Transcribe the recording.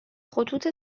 خطوط